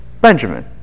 Benjamin